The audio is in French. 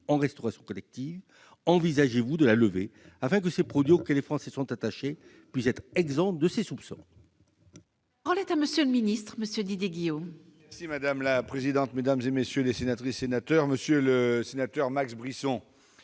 en restauration collective ? Envisagez-vous de la lever afin que ces produits, auxquels les Français sont attachés, puissent être exempts de soupçons